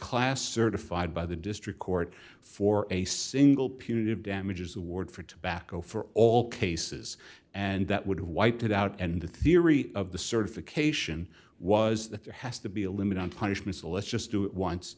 class certified by the district court for a single punitive damages award for tobacco for all cases and that would have wiped it out and the theory of the certification was that there has to be a limit on punishments a let's just do it once